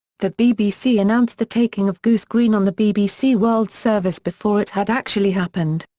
the bbc announced the taking of goose green on the bbc world service before it had actually happened.